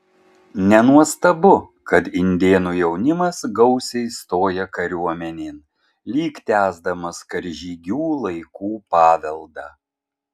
nenuostabu kad indėnų jaunimas gausiai stoja kariuomenėn lyg tęsdamas karžygių laikų paveldą